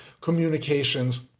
communications